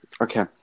Okay